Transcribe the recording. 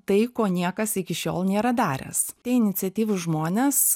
tai ko niekas iki šiol nėra daręs tai iniciatyvūs žmonės